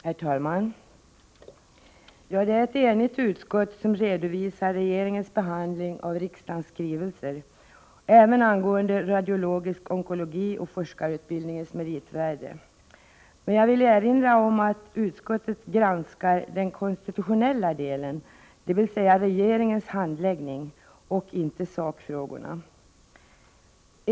Herr talman! Det är ett enigt utskott som redovisar regeringens behandling av riksdagens skrivelser, även angående radiologisk onkologi och forskarutbildningens meritvärde. Jag vill erinra om att utskottet granskar den konstitutionella delen, dvs. regeringens handläggning, och inte sakfrågorna.